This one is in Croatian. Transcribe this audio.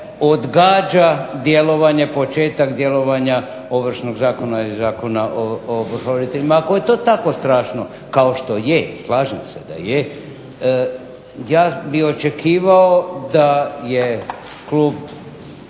početak djelovanja Ovršnog zakona ili Zakona o ovrhoviteljima. Ako je to tako strašno kao što je, slažem se da je, ja bih očekivao da je klub